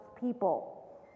people